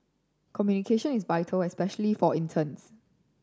communication is vital especially for interns